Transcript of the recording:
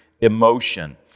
emotion